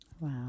Wow